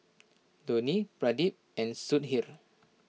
Dhoni Pradip and Sudhir